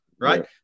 right